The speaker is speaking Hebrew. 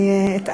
את צודקת.